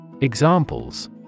Examples